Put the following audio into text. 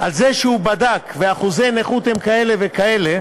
על זה שהוא בדק ואחוזי הנכות הם כאלה וכאלה